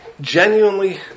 genuinely